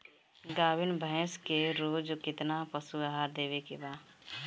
गाभीन भैंस के रोज कितना पशु आहार देवे के बा?